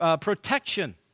protection